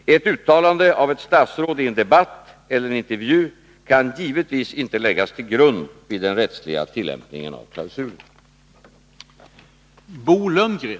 Ett uttalande av ett statsråd i en debatt eller en intervju kan givetvis inte läggas till grund vid den rättsliga tillämpningen av klausulen.